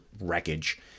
wreckage